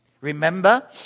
Remember